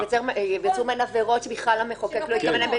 וייווצרו עבירות שבכלל המחוקק לא התכוון אליהן,